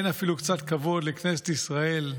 אין אפילו קצת כבוד לכנסת ישראל,